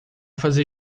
fazer